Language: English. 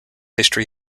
history